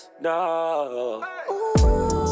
no